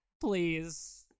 please